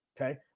Okay